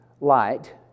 light